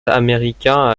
américain